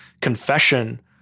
confession